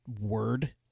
word